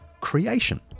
creation